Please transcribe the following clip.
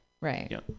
Right